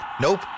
nope